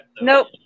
Nope